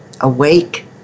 Awake